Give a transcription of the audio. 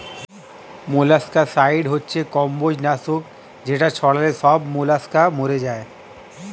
molluscicide হচ্ছে কম্বোজ নাশক যেটা ছড়ালে সব মোলাস্কা মরে যায়